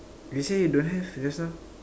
you say you don't have just now